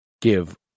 give